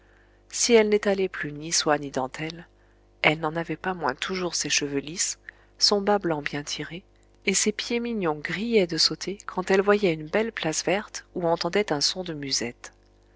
si elle n'étalait plus ni soie ni dentelle elle n'en avait pas moins toujours ses cheveux lisses son bas blanc bien tiré et ses pieds mignons grillaient de sauter quand elle voyait une belle place verte ou entendait un son de musette